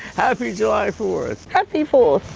happy july fourth. happy fourth.